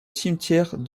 cimetière